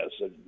Yes